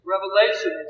Revelation